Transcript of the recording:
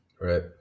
Right